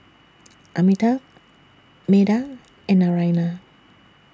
Amitabh Medha and Naraina